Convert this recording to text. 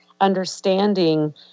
understanding